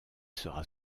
sera